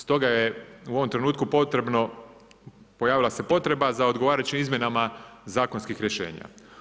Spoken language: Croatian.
Stoga je u ovom trenutku potrebno, pojavila se potreba za odgovarajućim izmjenama zakonskih rješenja.